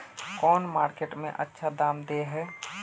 कौन मार्केट में अच्छा दाम दे है?